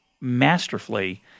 masterfully